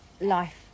life